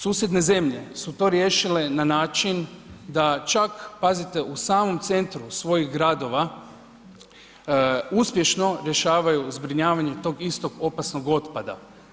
Susjedne zemlje su to riješile na način da čak, pazite, u samom centru svojih gradova uspješno rješavaju zbrinjavanje tog istog opasnog otpada.